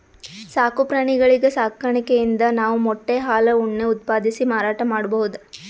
ಸಾಕು ಪ್ರಾಣಿಗಳ್ ಸಾಕಾಣಿಕೆಯಿಂದ್ ನಾವ್ ಮೊಟ್ಟೆ ಹಾಲ್ ಉಣ್ಣೆ ಉತ್ಪಾದಿಸಿ ಮಾರಾಟ್ ಮಾಡ್ಬಹುದ್